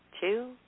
Two